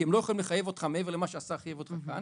כי הם לא יכולים לחייב אותך מעבר למה שהשר חייב אותך כאן,